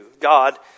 God